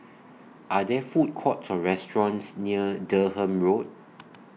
Are There Food Courts Or restaurants near Durham Road